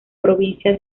provincia